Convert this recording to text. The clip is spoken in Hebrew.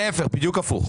להיפך, בדיוק הפוך.